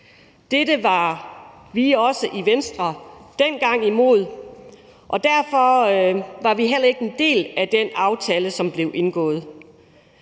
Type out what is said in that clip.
Dette var vi i Venstre også dengang imod, og derfor var vi heller ikke en del af den aftale, som blev indgået.